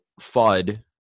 FUD